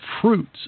fruits